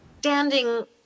standing